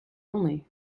only